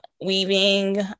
weaving